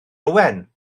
owen